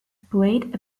played